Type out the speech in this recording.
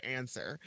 answer